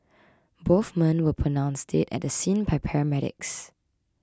both men were pronounced dead at the scene by paramedics